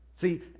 See